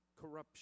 corruption